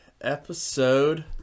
Episode